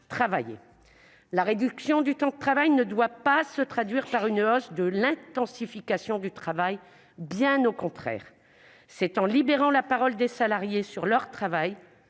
travaillé. La réduction du temps de travail ne doit pas se traduire par une hausse de l'intensification du travail, bien au contraire. C'est en libérant la parole des salariés sur leur travail,